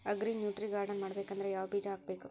Agri nutri garden ಮಾಡಬೇಕಂದ್ರ ಯಾವ ಬೀಜ ಹಾಕಬೇಕು?